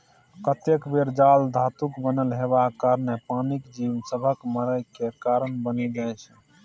कतेक बेर जाल धातुक बनल हेबाक कारणेँ पानिक जीब सभक मरय केर कारण बनि जाइ छै